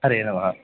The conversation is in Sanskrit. हरये नमः